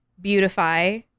beautify